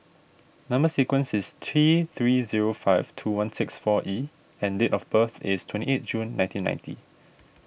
Number Sequence is T three zero five two one six four E and date of birth is twenty eight June nineteen ninety